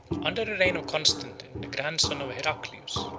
under the reign of constantine the grandson of heraclius,